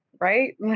right